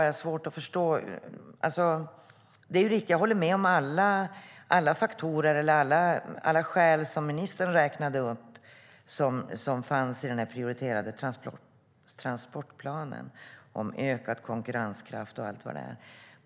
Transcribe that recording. Jag förstår alla skäl som ministern räknade upp som finns i transportplanen, som ökad konkurrenskraft och allt vad det är.